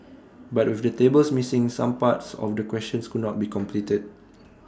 but with the tables missing some parts of the questions could not be completed